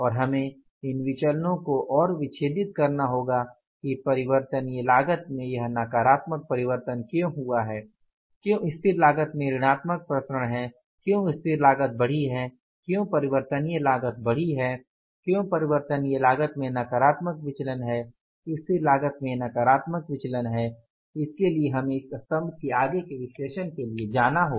और हमें इन विचलनो को और विच्छेदित करना होगा कि परिवर्तनीय लागत में यह नकारात्मक परिवर्तन क्यों हुआ है क्यों स्थिर लागत में ऋणात्मक विचरण हैं क्यों स्थिर लागत बढ़ी है क्यों परिवर्तनीय लागत बढ़ी है क्यों परिवर्तनीय लागत में नकारात्मक विचलन हैं स्थिर लागत में नकारात्मक विचरण क्यों हैं इसके लिए हमें इस स्तंभ के आगे के विश्लेषण के लिए जाना होगा